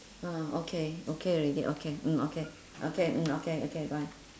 mm okay okay already okay mm okay okay mm okay okay bye